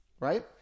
Right